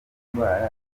indwara